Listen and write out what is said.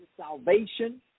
Salvation